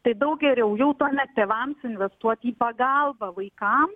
tai daug geriau jau tuomet tėvams investuot į pagalbą vaikam